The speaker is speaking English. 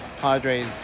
Padres